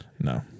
No